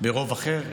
ברוב אחר,